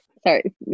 Sorry